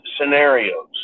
scenarios